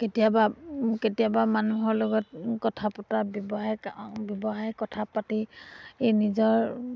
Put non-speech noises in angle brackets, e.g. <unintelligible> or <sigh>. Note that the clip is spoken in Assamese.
কেতিয়াবা কেতিয়াবা মানুহৰ লগত কথা পতাৰ ব্যৱসায় <unintelligible> ব্যৱসায় কথা পাতি নিজৰ